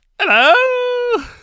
Hello